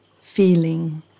feeling